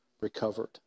recovered